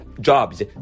jobs